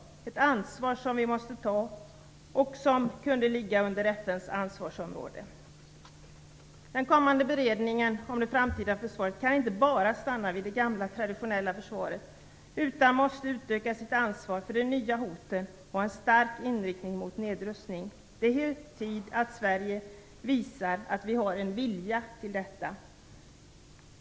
Det är ett ansvar som vi måste ta och som kunde ligga under FN:s ansvarsområde. Den kommande beredningen om det framtida försvaret kan inte bara stanna vid det gamla traditionella försvaret utan måste utöka sitt ansvar för de nya hoten och ha en stark inriktning mot nedrustning. Det är hög tid att Sverige visar att vi har en vilja till detta.